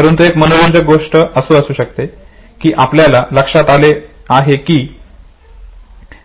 परंतु एक मनोरंजक गोष्ट अशी असू शकते की आपल्याला लक्षात आले की